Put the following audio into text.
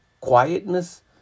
quietness